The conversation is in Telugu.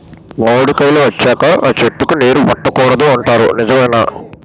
మామిడికాయలు వచ్చాక అ చెట్టుకి నీరు పెట్టకూడదు అంటారు నిజమేనా?